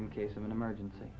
in case of an emergency